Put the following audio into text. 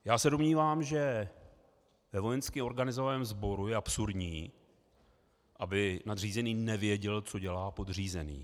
Já se domnívám, že ve vojensky organizovaném sboru je absurdní, aby nadřízený nevěděl, co dělá podřízený.